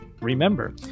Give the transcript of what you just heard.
Remember